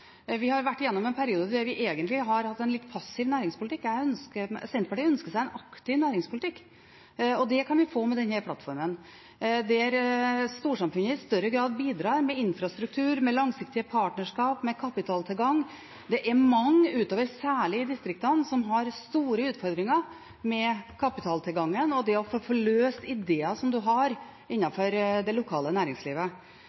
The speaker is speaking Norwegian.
Vi har vært gjennom en periode der vi egentlig har hatt en litt passiv næringspolitikk. Senterpartiet ønsker seg en aktiv næringspolitikk, og det kan vi få med denne plattformen, der storsamfunnet i større grad bidrar med infrastruktur, med langsiktige partnerskap og med kapitaltilgang. Det er mange, særlig utover i distriktene, som har store utfordringer med kapitaltilgangen og det